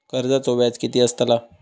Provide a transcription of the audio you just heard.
कर्जाचो व्याज कीती असताला?